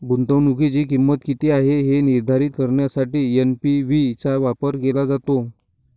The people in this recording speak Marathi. गुंतवणुकीची किंमत किती आहे हे निर्धारित करण्यासाठी एन.पी.वी चा वापर केला जातो